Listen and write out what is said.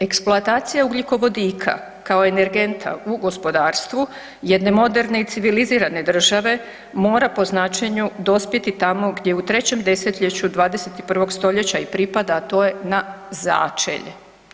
Eksploatacija ugljikovodika kao energenta u gospodarstvu jedne moderne i civilizirane države mora po značenju dospjeti tamo gdje u 3. desetljeću 21. stoljeća i pripada, a to je na začelje.